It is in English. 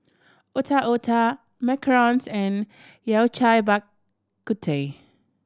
Otak Otak macarons and Yao Cai Bak Kut Teh